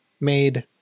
made